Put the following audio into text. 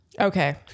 Okay